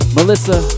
Melissa